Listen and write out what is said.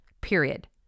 Period